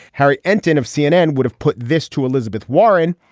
harry enten of cnn would have put this to elizabeth warren.